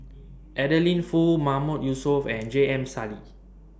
Adeline Foo Mahmood Yusof and J M Sali